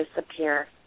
disappear